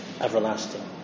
everlasting